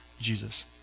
Jesus